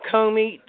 Comey